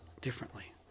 differently